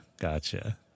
gotcha